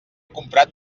comprat